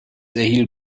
erhielt